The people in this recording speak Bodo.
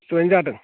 जाइन जादों